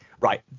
right